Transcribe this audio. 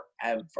forever